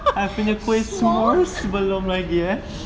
s'mores